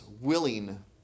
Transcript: willing